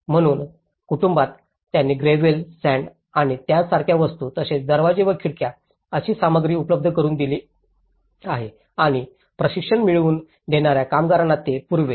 म्हणूनच कुटुंबात त्यांनी ग्रेव्हल सॅण्ड आणि त्यासारख्या वस्तू तसेच दारे व खिडक्या अशी सामग्री उपलब्ध करुन दिली आणि प्रशिक्षण मिळवून देणाऱ्या कामगारांना ते पुरवले